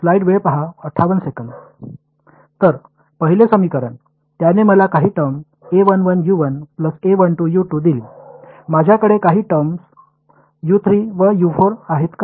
तर पहिले समीकरण त्याने मला काही टर्म दिली माझ्याकडे काही टर्म व आहेत का